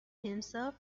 himself